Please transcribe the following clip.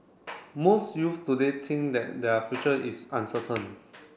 most youth today think that their future is uncertain